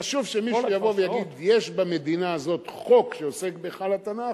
חשוב שמישהו יבוא ויגיד: יש במדינה הזאת חוק שעוסק בהיכל התנ"ך,